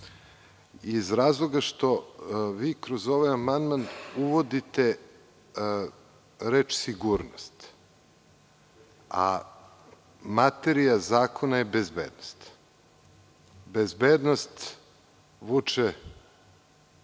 iz razloga što vi kroz ovaj amandman uvodite reč „sigurnost“, a materija zakona je bezbednost. Bezbednost vuče